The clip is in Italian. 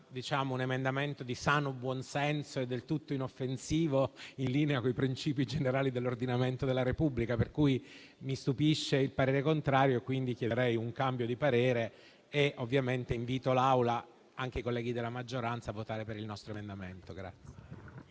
un emendamento di sano buon senso, del tutto inoffensivo e in linea con i princìpi generali dell'ordinamento della Repubblica. Per questo mi stupisce il parere contrario. Chiedo un cambio di parere e, ovviamente, invito l'Aula e anche ai colleghi della maggioranza a votare per il nostro emendamento.